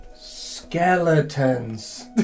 Skeletons